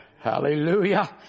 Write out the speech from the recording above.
Hallelujah